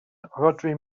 rhodri